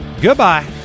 Goodbye